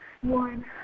One